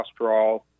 cholesterol